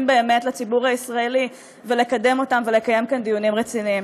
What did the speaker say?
באמת לציבור הישראלי ולקדם אותם ולקיים כאן דיונים רציניים.